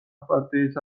პარტიის